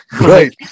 Right